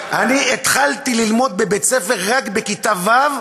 אני התחלתי ללמוד בבית-ספר רק בכיתה ו',